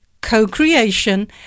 Co-creation